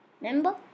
Remember